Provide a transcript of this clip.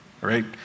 right